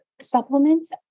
supplements